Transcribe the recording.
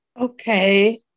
okay